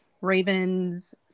Ravens